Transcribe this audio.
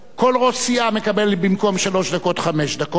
כל ראש סיעה מקבל חמש דקות במקום שלוש דקות.